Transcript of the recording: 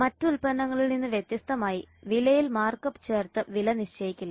മറ്റ് ഉൽപ്പന്നങ്ങളിൽ നിന്ന് വ്യത്യസ്തമായി വിലയിൽ മാർക്ക്അപ്പ് ചേർത്ത് വില നിശ്ചയിക്കില്ല